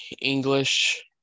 English